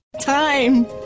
Time